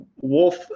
Wolf